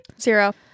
zero